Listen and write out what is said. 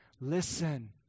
Listen